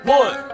one